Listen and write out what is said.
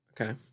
Okay